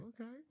Okay